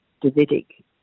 Davidic